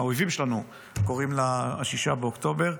האויבים שלנו קוראים לה 6 באוקטובר.